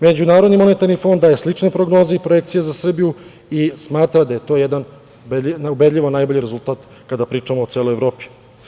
Međunarodni monetarni fond daje sličnu prognozu i projekcije za Srbiju i smatra da je to jedan ubedljivo najbolji rezultat kada pričamo o celoj Evropi.